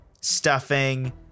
Stuffing